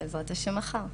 בעזרת ה' מחר.